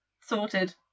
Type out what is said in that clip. sorted